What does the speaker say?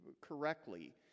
correctly